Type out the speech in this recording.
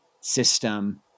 system